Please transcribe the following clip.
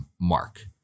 mark